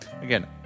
again